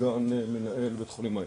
סגן מנהל בית חולים העמק,